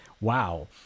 Wow